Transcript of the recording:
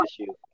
issue